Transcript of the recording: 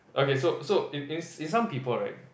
okay so so in some people right